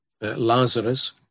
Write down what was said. Lazarus